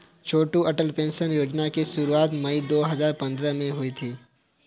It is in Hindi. छोटू अटल पेंशन योजना की शुरुआत मई दो हज़ार पंद्रह में हुई थी